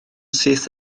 syth